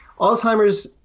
Alzheimer's